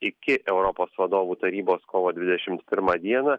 iki europos vadovų tarybos kovo dvidešim pirmą dieną